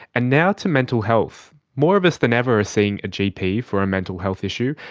and now to mental health. more of us than ever are seeing a gp for a mental health issue,